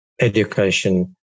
education